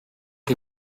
chi